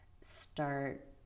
start